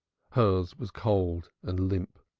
hers was cold and limp.